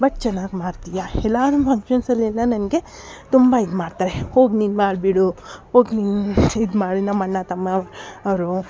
but ಚೆನ್ನಾಗಿ ಮಾಡ್ತಿಯಾ ಎಲ್ಲರೂ ನನ್ನ ಫ್ರೆಂಡ್ಸಲ್ಲಿ ಎಲ್ಲ ನನಗೆ ತುಂಬ ಇದು ಮಾಡ್ತಾರೆ ಹೋಗು ನೀನು ಮಾಡಿಬಿಡು ಹೋಗು ನೀನು ಇದು ಮಾಡಿ ನಮ್ಮ ಅಣ್ಣ ತಮ್ಮ ಅವರು